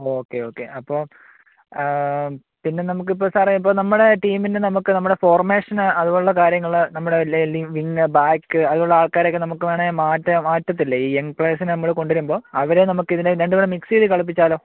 okay okay അപ്പോൾ പിന്നെ നമുക്കിപ്പോൾ സാറേ ഇപ്പോൾ നമ്മളെ ടീമിന് നമുക്ക് നമ്മുടെ ഫോർമേഷന് അതുപോലുള്ള കാര്യങ്ങൾ നമ്മുടെ ബാക്ക് അതുപോലുള്ള ആൾക്കാരെയൊക്കെ നമുക്ക് വേണമെങ്കിൽ മാറ്റാൻ മാറ്റത്തില്ലേ ഈ യങ്ങ് പ്ലെയേഴ്സിനെ നമ്മൾ കൊണ്ടുവരുമ്പോൾ അവരെ നമുക്കിതിനെ രണ്ടുംകൂടി മിക്സ് ചെയ്ത് കളിപ്പിച്ചാലോ